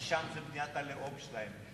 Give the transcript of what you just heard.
כי שם זה מדינת הלאום שלהם.